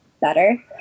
better